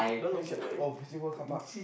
maybe she oh Beauty-World carpark